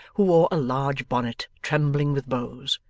who wore a large bonnet trembling with bows.